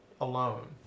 alone